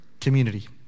community